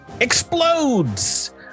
explodes